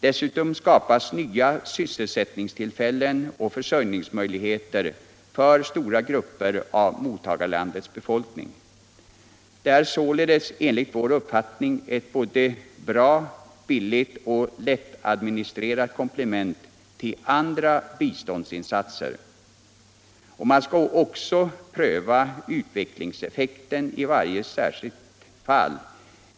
Dessutom skapas nya sysselsättningstillfällen och försörjningsmöjligheter för stora grupper av mottagarlandets befolkning. Det är således enligt vår uppfattning ett både bra, billigt och lättadministrerat komplement till andra biståndsinsatser. Man skall också pröva utvecklingseftekten i varje särskilt fall.